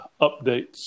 updates